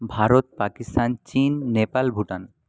Bharat Pakistan Chin Nepal Bhutan